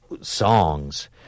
songs